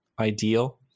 ideal